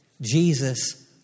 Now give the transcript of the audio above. Jesus